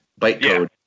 bytecode